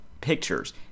pictures